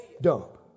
dump